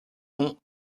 ont